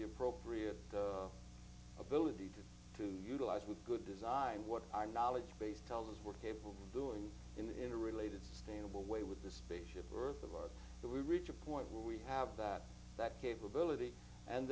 the appropriate ability to to utilize with good design what our knowledge base tell those were capable of doing in a related stable way with the spaceship earth of ours to reach a point where we have that that capability and